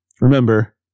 remember